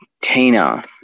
Tina